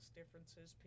differences